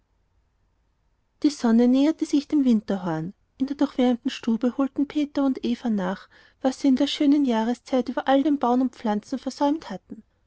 die sonne näherte sich dem winterhorn in der durchwärmten stube holten peter und eva nach was sie in der schönen jahreszeit über all dem bauen und pflanzen versäumt hatten